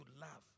love